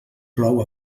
plou